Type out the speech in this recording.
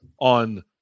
on